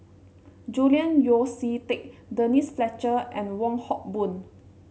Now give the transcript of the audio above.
Julian Yeo See Teck Denise Fletcher and Wong Hock Boon